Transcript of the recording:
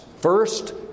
first